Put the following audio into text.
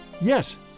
Yes